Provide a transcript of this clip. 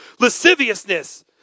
Lasciviousness